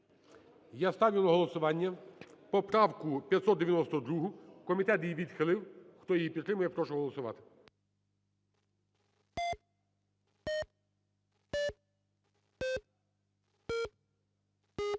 Я ставлю на голосування поправку 592, комітет її відхилив. Хто її підтримує, прошу голосувати. 13:59:36